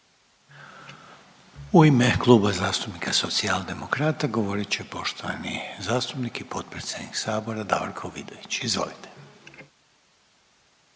U ime Kluba zastupnika Socijaldemokrata govorit će poštovani zastupnik i potpredsjednik sabora Davorko Vidović. Izvolite.